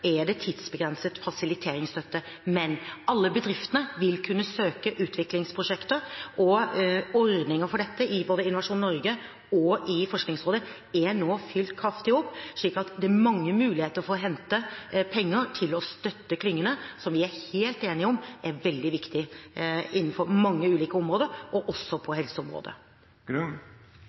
er det tidsbegrenset fasiliteringsstøtte, men alle bedriftene vil kunne søke utviklingsprosjekter, og ordninger for dette i både Innovasjon Norge og Forskningsrådet er nå fylt kraftig opp, slik at det er mange muligheter for å hente penger til å støtte klyngene, som vi er helt enige om er veldig viktige innenfor mange ulike områder – også helseområdet.